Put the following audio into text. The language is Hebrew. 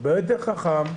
הרבה יותר חכם.